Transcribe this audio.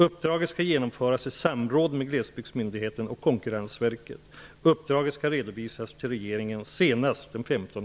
Uppdraget skall genomföras i samråd med Uppdraget skall redovisas till regeringen senast den